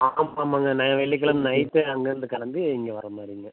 ஆமாம் ஆமாங்க நான் வெள்ளிக்கிழம நைட்டு அங்கேயிருந்து கிளம்பி இங்கே வர மாதிரிங்க